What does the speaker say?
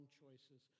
choices